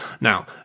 Now